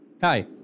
Hi